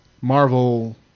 Marvel